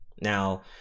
Now